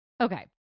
Okay